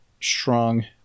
strong